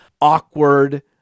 awkward